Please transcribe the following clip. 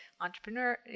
entrepreneur